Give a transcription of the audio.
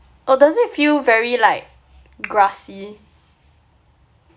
but does it feel very like grassy